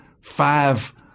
five